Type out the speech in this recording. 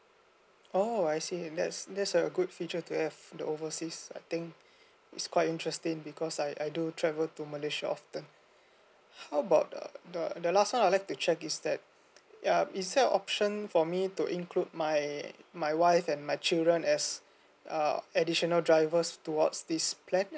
oh I see that's that's a good feature to have the overseas I think it's quite interesting because I I do travel to malaysia often how about the the the last time I like to check is that uh is there a option for me to include my my wife and my children as err additional drivers towards this plan